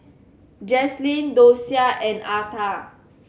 Jaslyn Dosia and Arta